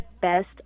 best